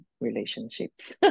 relationships